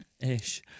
ish